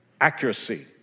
accuracy